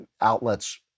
outlets